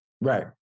Right